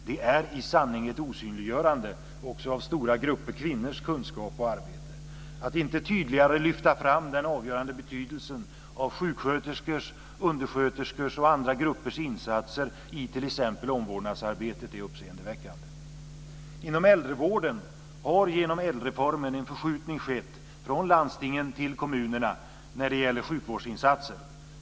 Det är i sanning ett osynliggörande av stora grupper kvinnors kunskap och arbete. Att inte tydligare lyfta fram den avgörande betydelsen av sjuksköterskors, undersköterskors och andra gruppers insatser i t.ex. omvårdnadsarbetet är uppseendeväckande. Inom äldrevården har genom ädelreformen en förskjutning skett från landstingen till kommunerna när det gäller sjukvårdsinsatser.